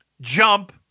jump